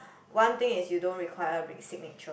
one thing is you don't require re~ signature